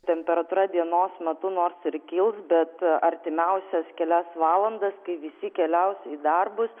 temperatūra dienos metu nors ir kils bet artimiausias kelias valandas kai visi keliaus į darbus